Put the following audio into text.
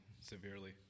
severely